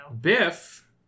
Biff